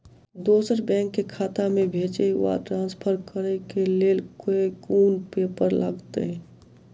दोसर बैंक केँ खाता मे भेजय वा ट्रान्सफर करै केँ लेल केँ कुन पेपर लागतै?